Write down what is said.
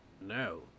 No